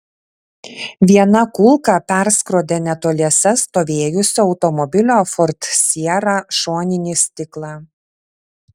viena kulka perskrodė netoliese stovėjusio automobilio ford sierra šoninį stiklą